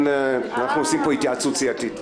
אנחנו משנים את ההצבעה בנושא סדרי הישיבה.